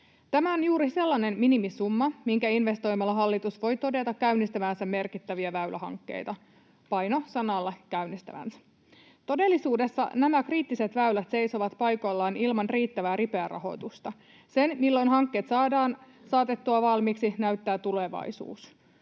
Tämä on juuri sellainen minimisumma, minkä investoimalla hallitus voi todeta käynnistävänsä merkittäviä väylähankkeita — paino sanalla ”käynnistävänsä”. Todellisuudessa nämä kriittiset väylät seisovat paikoillaan ilman riittävää, ripeää rahoitusta. Sen, milloin hankkeet saadaan saatettua valmiiksi, näyttää tulevaisuus.